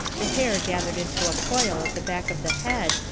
the hair gathered into a coil at the back of the head,